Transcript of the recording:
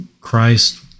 christ